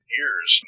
ears